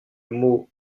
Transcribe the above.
mot